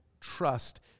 trust